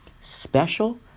special